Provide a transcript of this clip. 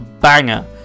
banger